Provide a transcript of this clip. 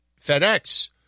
FedEx